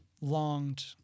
longed